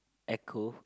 echo